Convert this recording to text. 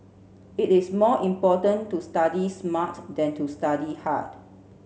it is more important to study smart than to study hard